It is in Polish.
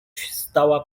stała